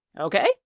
okay